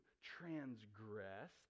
transgress